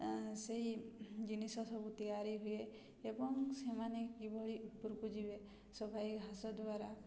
ସେଇ ଜିନିଷ ସବୁ ତିଆରି ହୁଏ ଏବଂ ସେମାନେ କିଭଳି ଉପରକୁ ଯିବେ ସବାଇ ଘାସ ଦ୍ୱାରା